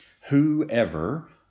Whoever